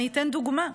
אני אתן דוגמה.